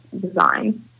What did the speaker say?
design